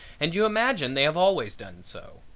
and you imagine they have always done so.